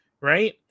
Right